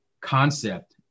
concept